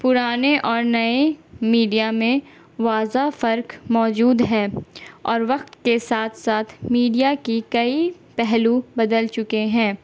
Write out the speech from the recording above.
پرانے اور نئے میڈیا میں واضح فرق موجود ہے اور وقت کے ساتھ ساتھ میڈیا کی کئی پہلو بدل چکے ہیں